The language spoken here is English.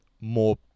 more